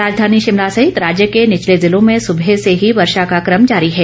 राजधानी शिमला सहित राज्य के निवले जिलों में सुबह से ही वर्षा का क्रम जारी है